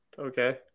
Okay